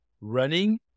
running